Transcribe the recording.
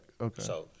Okay